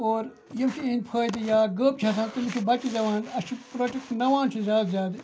اور یِم چھِ اِہِنٛدۍ فٲیدٕ یا گٔب چھِ آسان تٔمِس چھِ بَچہِ زٮ۪وان اَسہِ چھِ نَوان چھِ زیادٕ زیادٕ